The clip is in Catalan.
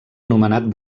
anomenat